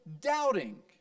doubting